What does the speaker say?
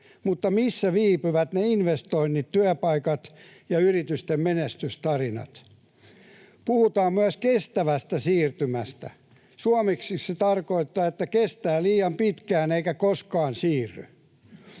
mutta missä viipyvät ne investoinnit, työpaikat ja yritysten menestystarinat? Puhutaan myös kestävästä siirtymästä — Suomeksi se tarkoittaa, että kestää liian pitkään eikä koskaan siirry.